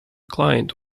client